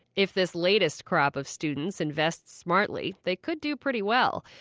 if this latest crop of students invests smartly, they could do pretty well.